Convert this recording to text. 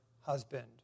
husband